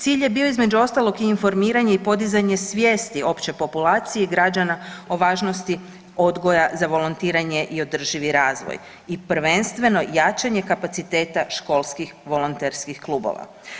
Cilj je bio između ostalog i informiranje i podizanje svijesti opće populacije i građana o važnosti odgoja za volontiranje i održivi razvoj i prvenstveno jačanje kapaciteta školskih volonterskih klubova.